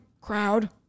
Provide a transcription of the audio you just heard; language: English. crowd